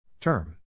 term